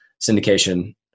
syndication